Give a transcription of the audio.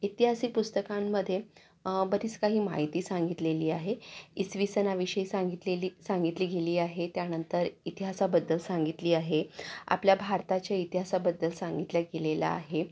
ऐतिहासिक पुस्तकांमध्ये बरीच काही माहिती सांगितलेली आहे इसवीसन हा विषय सांगितलेली सांगितली गेली आहे त्यानंतर इतिहासाबद्दल सांगितलेली आहे आपल्या भारताच्या इतिहासाबद्दल सांगितलं गेलेलं आहे